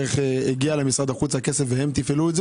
הכסף הגיע למשרד החוץ והמשרד תפעל את זה